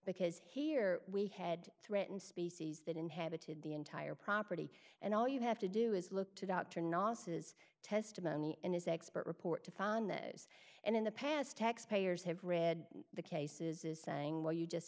because here we had threatened species that inhabited the entire property and all you have to do is look to dr nonces testimony and his expert report to find and in the past taxpayers have read the cases is saying well you just